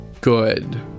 good